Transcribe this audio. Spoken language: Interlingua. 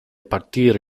partir